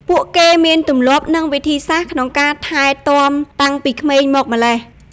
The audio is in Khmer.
ពួកគេមានទម្លាប់ និងវិធីសាស្ត្រក្នុងការថែទាំតាំងពីក្មេងមកម្ល៉េះ។